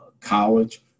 college